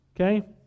Okay